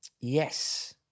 Yes